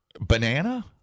Banana